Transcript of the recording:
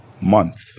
month